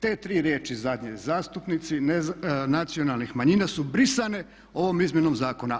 Te tri riječi zadnje, zastupnici nacionalnih manjina su brisane ovom izmjenom zakona.